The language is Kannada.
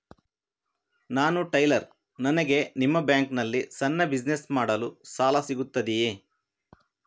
ನಾನು ಟೈಲರ್, ನನಗೆ ನಿಮ್ಮ ಬ್ಯಾಂಕ್ ನಲ್ಲಿ ಸಣ್ಣ ಬಿಸಿನೆಸ್ ಮಾಡಲು ಸಾಲ ಸಿಗುತ್ತದೆಯೇ?